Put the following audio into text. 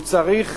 הוא צריך